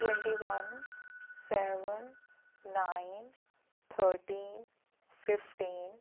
twenty one seven nine thirteen fifteen